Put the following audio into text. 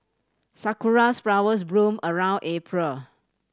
sakura flowers bloom around April